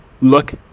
Look